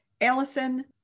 Allison